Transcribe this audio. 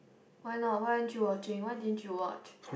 why not why aren't you watching why didn't you watch